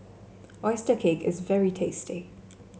oyster cake is very tasty